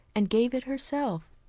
and gave it herself.